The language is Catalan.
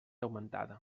augmentada